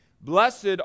blessed